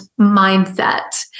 mindset